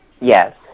yes